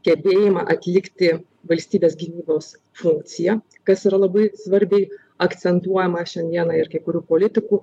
gebėjimą atlikti valstybės gynybos funkciją kas yra labai svarbiai akcentuojama šiandieną ir kai kurių politikų